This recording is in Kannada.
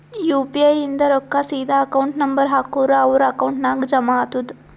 ಯು ಪಿ ಐ ಇಂದ್ ರೊಕ್ಕಾ ಸೀದಾ ಅಕೌಂಟ್ ನಂಬರ್ ಹಾಕೂರ್ ಅವ್ರ ಅಕೌಂಟ್ ನಾಗ್ ಜಮಾ ಆತುದ್